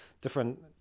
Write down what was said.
different